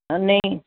ਨਹੀਂ